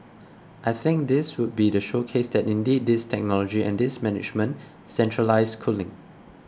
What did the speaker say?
I think this would be the showcase that indeed this technology and this management centralised cooling